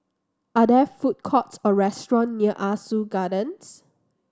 are there food courts or restaurant near Ah Soo Gardens